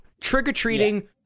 trick-or-treating